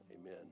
amen